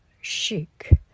chic